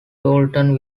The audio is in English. woolton